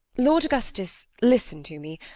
lord augustus, listen to me.